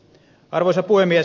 arvoisa puhemies